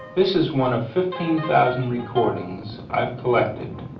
this is one of fifteen thousand recordings i've collected.